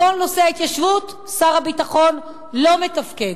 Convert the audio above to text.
בכל נושא ההתיישבות שר הביטחון לא מתפקד.